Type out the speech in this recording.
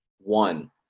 one